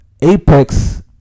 Apex